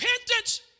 Repentance